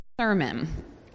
sermon